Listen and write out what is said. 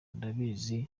ndabizi